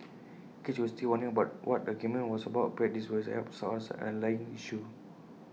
case you were still wondering bar what the argument was about perhaps this will help source the underlying issue